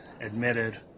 admitted